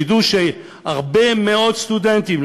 תדעו שהרבה מאוד סטודנטים,